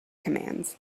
commands